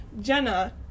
Jenna